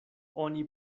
oni